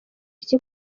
iki